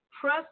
Press